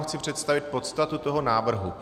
Chci vám představit podstatu toho návrhu.